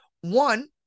one